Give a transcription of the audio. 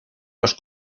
los